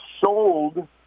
sold